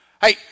Hey